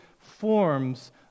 forms